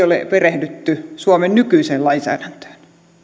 ole perehdytty suomen nykyiseen lainsäädäntöön